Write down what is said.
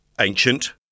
Ancient